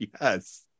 Yes